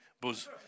buzz